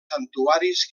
santuaris